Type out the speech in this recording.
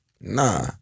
Nah